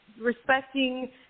respecting